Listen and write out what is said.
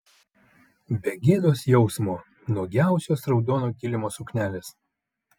be gėdos jausmo nuogiausios raudono kilimo suknelės